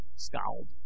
Scowled